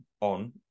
on